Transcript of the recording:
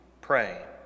pray